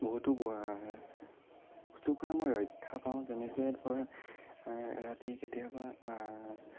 বহুতো বস্তুৰ পৰা মই ৰক্ষা পাওঁ যেনেকে ধৰ ৰাতি কেতিয়াবা